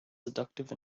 seductive